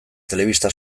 telebista